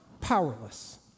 powerless